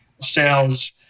sales